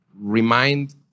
remind